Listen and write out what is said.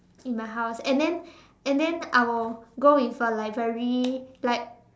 in my house and then and then I will go with a like very like